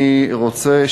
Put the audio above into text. אני רוצה,